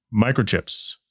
Microchips